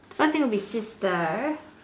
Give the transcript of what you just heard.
that thing would be sister